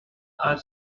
are